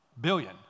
billion